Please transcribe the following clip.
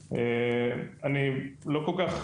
התייחסו פה להרבה מאוד דברים מעניינים.